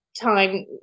time